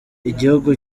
igihugu